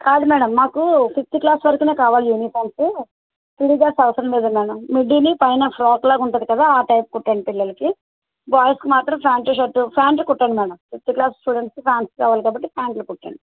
కాదు మేడం మాకు fifth class వరకు కావాలి యూనిఫామ్స్ చూడీదార్స్ అవసరం లేదు మేడం మిడ్డీని పైన ఫ్రాక్ లాగా ఉంటుంది కదా ఆ టైప్ కుట్టండి పిల్లలకి బాయ్స్కి మాత్రం ప్యాంటు షర్ట్ ప్యాంట్ కుట్టండి మేడం ఫిఫ్త్ క్లాస్ స్టూడెంట్స్కి ప్యాంట్లు కావాలి కాబట్టి ప్యాంట్లు కుట్టండి